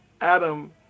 Adam